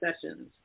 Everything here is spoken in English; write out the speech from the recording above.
sessions